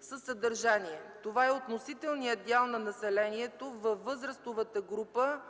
със съдържание: „Това е относителният дял на населението във възрастовата група